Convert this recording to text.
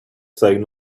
saying